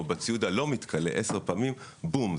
או בציוד הלא מתכלה עשר פעמים בום,